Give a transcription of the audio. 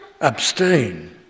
Abstain